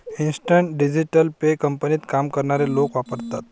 instant digital pay कंपनीत काम करणारे लोक वापरतात